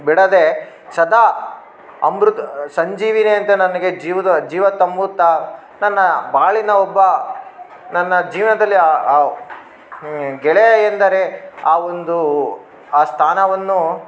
ಬಿಡದೆ ಸದಾ ಅಮೃತಸಂಜೀವಿನಿ ಅಂತ ನನಗೆ ಜೀವದ ಜೀವ ತಂಬುತ್ತಾ ನನ್ನ ಬಾಳಿನ ಒಬ್ಬ ನನ್ನ ಜೀವನದಲ್ಲಿ ಗೆಳೆಯ ಎಂದರೆ ಆ ಒಂದು ಆ ಸ್ಥಾನವನ್ನು